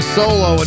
solo